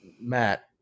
Matt